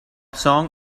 song